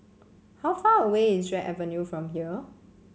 how far away is Drake Avenue from here